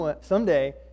someday